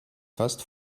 fast